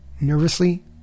Nervously